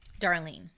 Darlene